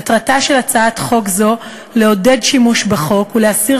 מטרתה של הצעת חוק זו לעודד שימוש בחוק ולהסיר